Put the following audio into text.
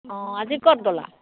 অঁ আজি ক'ত গ'লা